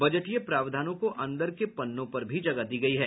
बजटीय प्रावधानों को अंदर के पन्नों पर भी जगह दी है